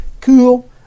Cool